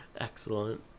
Excellent